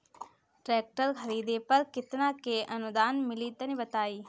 Tractor खरीदे पर कितना के अनुदान मिली तनि बताई?